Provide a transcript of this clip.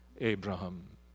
Abraham